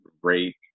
great